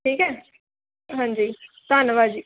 ਠੀਕ ਹੈ ਹਾਂਜੀ ਧੰਨਵਾਦ ਜੀ